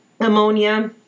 ammonia